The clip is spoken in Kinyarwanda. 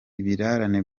ibirarane